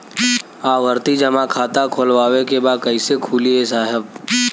आवर्ती जमा खाता खोलवावे के बा कईसे खुली ए साहब?